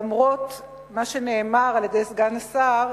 למרות מה שנאמר על-ידי סגן השר,